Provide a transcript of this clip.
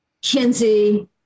Kinsey